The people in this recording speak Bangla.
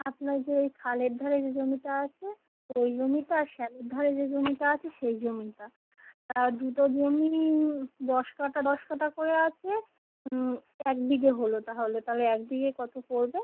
আপনার যে ওই খালের ধারে যে জমিটা আছে ওই জমিটা আর স্যালোর ধারে যে জমিটা আছে সেই জমিটা আর দুটো জমি দশ কাঠা দশ কাঠা করে আছে এক বিঘে হলো তাহলে তাহলে এক বিঘে কতো পড়বে